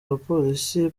abapolisi